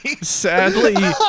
sadly